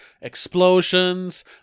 explosions